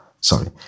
sorry